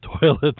toilets